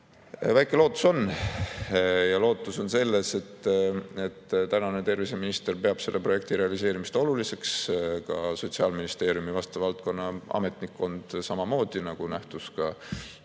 Väike lootus on. Lootus on selles, et tänane terviseminister peab selle projekti realiseerimist oluliseks, ja ka Sotsiaalministeeriumi vastava valdkonna ametnikkond, nagu nähtus